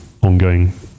ongoing